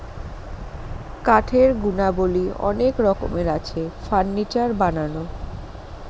কাঠের গুণাবলী অনেক রকমের আছে, ফার্নিচার বানানো